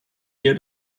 hier